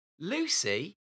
Lucy